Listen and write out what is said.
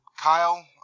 Kyle